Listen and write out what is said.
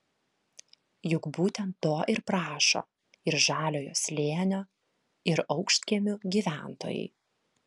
juk būtent to ir prašo ir žaliojo slėnio ir aukštkiemių gyventojai